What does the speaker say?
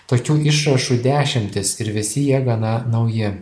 tokių išrašų dešimtis ir visi jie gana nauji